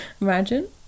Imagine